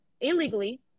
illegally